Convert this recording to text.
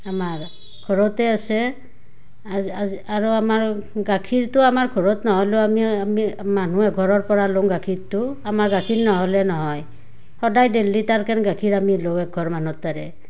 আমাৰ ঘৰতে আছে আজি আজি আৰু আমাৰ গাখীৰটো আমাৰ ঘৰত নহ'লেও আমি আমি মানুহ এঘৰৰপৰা লওঁ গাখীৰটো আমাৰ গাখীৰ নহ'লে নহয় সদায় ডেইলী তাৰকেন গাখীৰ আমি লওঁ একঘৰ মানুহৰ তাৰে